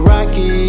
Rocky